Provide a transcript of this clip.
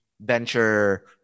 venture